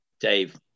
dave